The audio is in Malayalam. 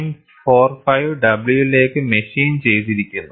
45 w ലേക്ക് മെഷീൻ ചെയ്തിരിക്കുന്നു